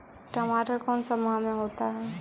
टमाटर कौन सा माह में होता है?